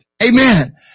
Amen